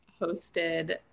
hosted